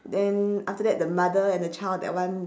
then after that the mother and the child that one